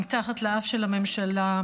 מתחת לאף של הממשלה,